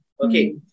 Okay